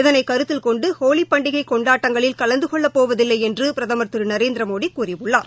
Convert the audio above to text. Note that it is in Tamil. இதனை கருத்தில் கொண்டு வோலி பண்டிகை கொண்டாட்டங்களில் கலந்து கொள்ளப்போவதில்லை என்று பிரதமர் திரு நரேந்திரமோடி கூறியுள்ளார்